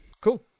Cool